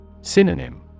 Synonym